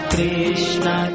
Krishna